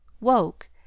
woke